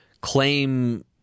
claim